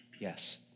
Yes